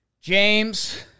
James